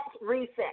reset